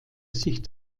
sich